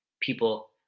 people